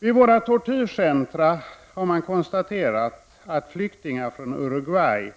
Vid våra tortyrcentra har man konstaterat att flyktingar från Uruguay